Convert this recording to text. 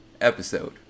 episode